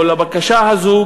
או לבקשה הזאת,